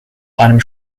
einem